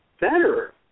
better